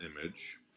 image